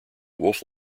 wolf